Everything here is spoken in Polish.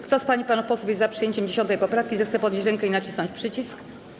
Kto z pań i panów posłów jest za przyjęciem 10. poprawki, zechce podnieść rękę i nacisnąć przycisk.